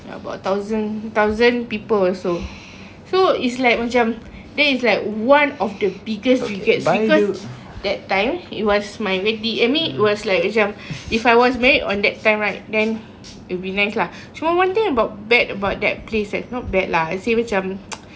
ya about thousand a thousand people also so it's like macam that is like one of the biggest regrets because that time it was my wedding I mean it was like macam if I was married on that time right then it'll be nice lah cuma one thing about bad about that place it's not bad lah I say macam